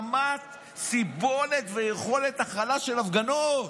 רמת סיבולת ויכולת הכלה של הפגנות".